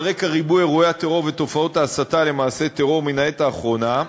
על רקע ריבוי אירועי הטרור ותופעות ההסתה למעשי טרור מהעת האחרונה,